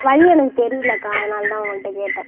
வழி எனக்கு தெரியலக்கா அதனால தான் உங்கள்கிட்ட கேட்டேன்